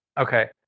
Okay